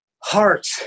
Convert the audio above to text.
heart